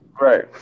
Right